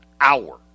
hour